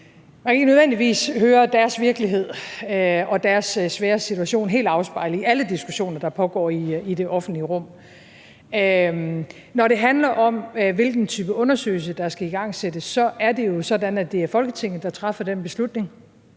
man kan ikke nødvendigvis høre deres virkelighed og deres svære situation helt afspejlet i alle diskussioner, der pågår i det offentlige rum. Når det handler om, hvilken type undersøgelse der skal igangsættes, så er det jo sådan, at det er Folketinget, der træffer den beslutning.